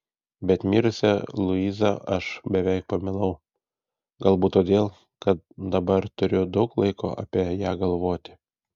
bet mirusią luizą aš beveik pamilau galbūt todėl kad dabar turiu daug laiko apie ją galvoti